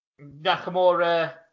Nakamura